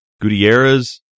Gutierrez